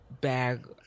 bag